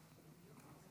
חמש דקות לרשותך,